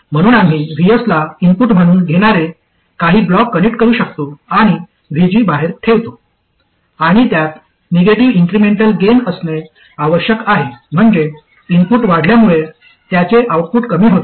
म्हणून आम्ही Vs ला इनपुट म्हणून घेणारे काही ब्लॉक कनेक्ट करू शकतो आणि VG बाहेर ठेवतो आणि त्यात निगेटिव्ह इन्क्रिमेंटल गेन असणे आवश्यक आहे म्हणजे इनपुट वाढल्यामुळे त्याचे आउटपुट कमी होते